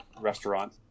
restaurant